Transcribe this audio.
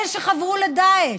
אלה שחברו לדאעש.